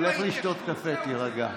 לך לשתות קפה, תירגע.